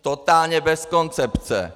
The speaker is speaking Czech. Totálně bez koncepce.